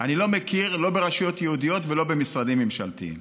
אני לא מכיר לא ברשויות יהודיות ולא במשרדים ממשלתיים.